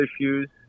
issues